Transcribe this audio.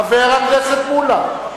חבר הכנסת מולה,